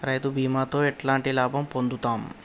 రైతు బీమాతో ఎట్లాంటి లాభం పొందుతం?